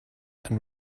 and